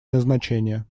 назначения